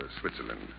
Switzerland